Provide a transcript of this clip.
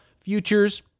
Futures